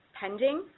pending